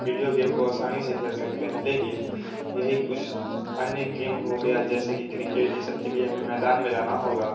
video game को आसानी से खेल सकते हैं लेकिन यहीं कुछ अन्य गेम हो गया जैसे कि क्रीकेट ये सब के लिए हमें मैदान में जाना होगा